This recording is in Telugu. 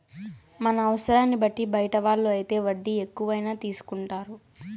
మన అవసరాన్ని బట్టి బయట వాళ్ళు అయితే వడ్డీ ఎక్కువైనా తీసుకుంటారు